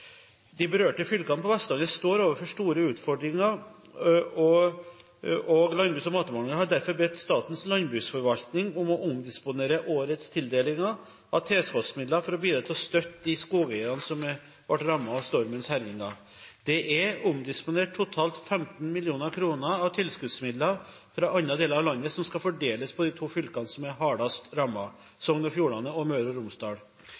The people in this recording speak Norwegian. De berørte fylkene på Vestlandet står overfor store utfordringer, og Landbruks- og matdepartementet har derfor bedt Statens landbruksforvaltning om å omdisponere årets tildelinger av tilskuddsmidler for å bidra til å støtte de skogeierne som ble rammet av stormens herjinger. Det er omdisponert totalt 15 mill. kr av tilskuddsmidler fra andre deler av landet som skal fordeles på de to fylkene som ble hardest rammet: Sogn og Fjordane og Møre og Romsdal.